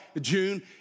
June